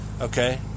Okay